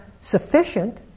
sufficient